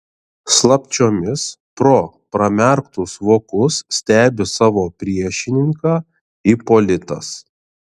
slapčiomis pro pramerktus vokus stebi savo priešininką ipolitas